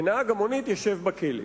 ונהג המונית ישב בכלא.